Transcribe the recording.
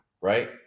right